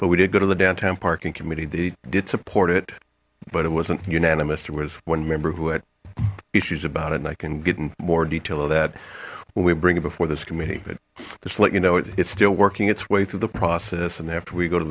but we did go to the downtown parking committee they did support it but it wasn't unanimous there was one member who had issues about it and i can get in more detail of that when we bring it before this committee but just let you know it's still working its way through the process and after we go to